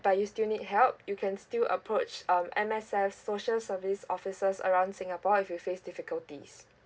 but you still need help you can still approach um M_S_F social service offices around singapore if you face difficulties